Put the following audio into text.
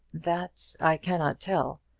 that i cannot tell.